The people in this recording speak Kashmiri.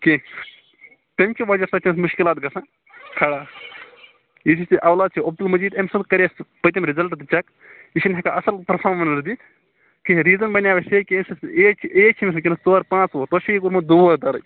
کینٛہہ تَمہِ کہِ وَجہ سۭتۍ چھِ أمِس مُشکِلات گَژھان کھڑا یُس یہِ ژیٚے اولاد چھُ عبدُل مجیٖد أمۍ سُنٛد کریے اسہِ پٔتِم رِزَلٹہٕ تہٕ چیک یہِ چھُنہٕ ہیٚکان اَتھ اصٕل پٔرفارمیٚنس دِتھ کیٚنٛہہ ریٖزَن بنیٛاو اسہِ یہِ کہِ أمۍ سٕنٛز ایج چھِ ایج چھِ أمِس وُنکیٚنَس ژور پانٛژھ وُہُر تۅہہِ چھُ یہِ گوٚومُت دور دَرٕج